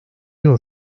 yıl